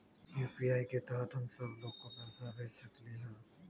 UPI के तहद हम सब लोग को पैसा भेज सकली ह?